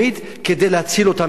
כדי להציל אותה מעצמה.